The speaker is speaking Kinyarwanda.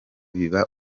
biba